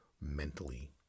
mentally